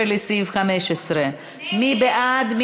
15, לסעיף 15. מי בעד?